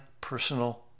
personal